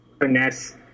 finesse